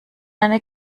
eine